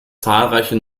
zahlreiche